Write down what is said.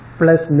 plus